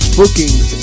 bookings